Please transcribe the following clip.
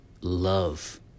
love